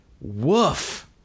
Woof